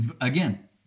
again